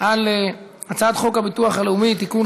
על הצעת חוק הביטוח הלאומי (תיקון,